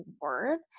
word